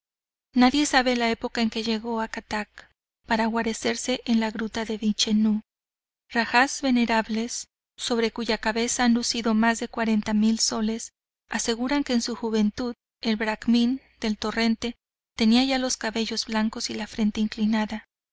nadie sabe la época en que llego a kattak para guarecerse en la gruta de vichenú rajás venerables sobre cuya cabeza han lucido más de cuarenta mil soles aseguran que en su juventud el bracmín del torrente tenia ya los cabellos blancos y la frente inclinada